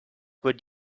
would